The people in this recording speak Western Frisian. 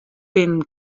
binnen